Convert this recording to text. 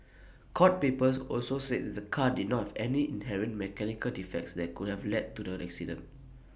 court papers also said the car did not have any inherent mechanical defects that could have led to the accident